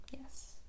Yes